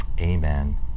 Amen